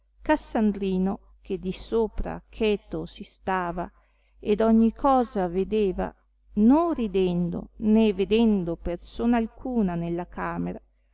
cassandrino che di sopra cheto si stava ed ogni cosa vedeva non ridendo né vedendo persona alcuna nella camera